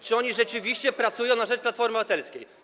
Czy oni rzeczywiście pracują na rzecz Platformy Obywatelskiej?